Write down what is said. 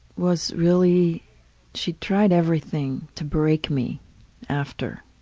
was really she tried everything to break me after.